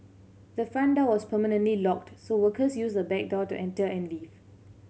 the front door was permanently locked so workers used the back door to enter and leave